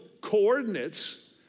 coordinates